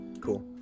cool